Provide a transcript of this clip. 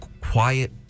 quiet